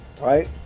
right